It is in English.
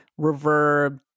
reverb